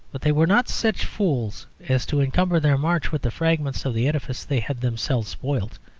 but they were not such fools as to encumber their march with the fragments of the edifice they had themselves spoilt.